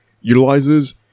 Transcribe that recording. utilizes